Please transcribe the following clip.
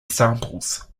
samples